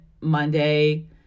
Monday